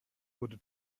wurde